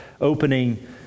opening